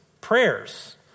prayers